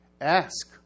ask